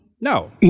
no